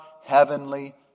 heavenly